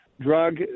drug